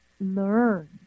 learn